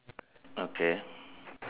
okay